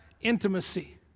intimacy